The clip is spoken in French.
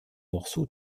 morceaux